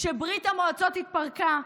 כשברית המועצות התפרקה,